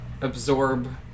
absorb